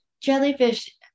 Jellyfish